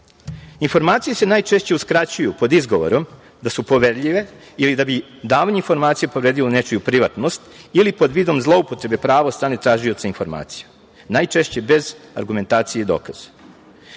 Informacije se najčešće uskraćuju pod izgovorom da su poverljive ili da bi davanje informacija povredilo nečiju privatnost ili pod vidom zloupotrebe prava od strane tražioca informacija, najčešće bez argumentacije i